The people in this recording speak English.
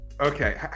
okay